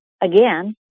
again